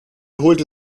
holte